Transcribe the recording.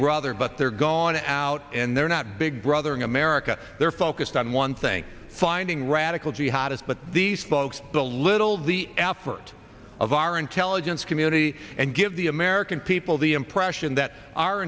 brother but they're gone out and they're not big brother in america they're focused on one thing finding radical jihadists but these folks the little the effort of our intelligence community and give the american people the impression that our